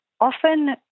Often